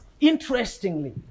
interestingly